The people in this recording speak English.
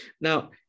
now